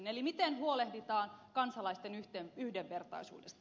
eli miten huolehditaan kansalaisten yhdenvertaisuudesta